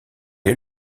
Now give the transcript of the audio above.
est